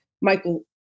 Michael